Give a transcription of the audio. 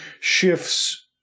shifts